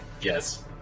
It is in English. Yes